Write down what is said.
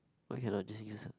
okay lah just use ah